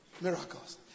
miracles